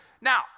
Now